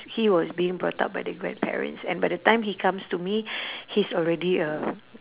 he was being brought up by the grandparents and by the time he comes to me he's already a